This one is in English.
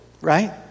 right